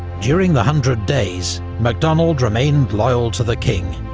during the hundred days, macdonald remained loyal to the king,